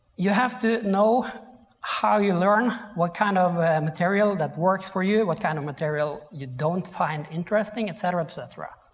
you have to know how you learn, what kind of material that works for you, what kind of material you don't find interesting et cetera, et cetera.